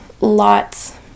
lots